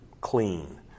clean